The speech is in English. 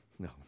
No